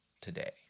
today